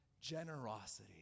generosity